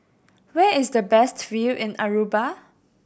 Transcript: where is the best view in Aruba